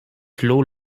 clos